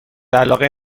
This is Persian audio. علاقه